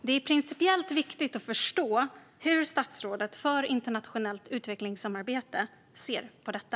Det är principiellt viktigt att förstå hur statsrådet för internationellt utvecklingssamarbete ser på detta.